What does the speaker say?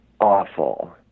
awful